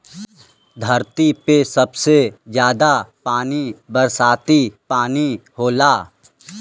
धरती पे सबसे जादा पानी बरसाती पानी होला